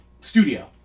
studio